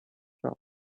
shop